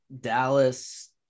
Dallas